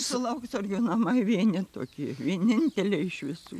lauksargių namai vieni tokie vieninteliai iš visų